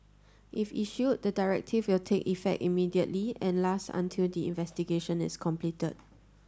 if issued the directive will take effect immediately and last until the investigation is completed